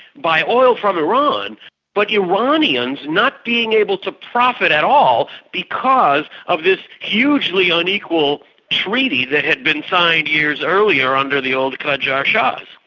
by oil from iran but iranians not being able to profit at all because of this hugely unequal treaty that had been signed years earlier under the old qajar shahs.